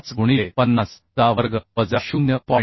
5 गुणिले म्हणून शोधू शकतो